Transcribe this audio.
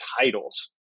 titles